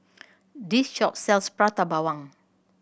this shop sells Prata Bawang